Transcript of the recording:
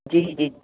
जी जी